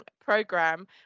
program